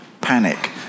panic